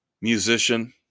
musician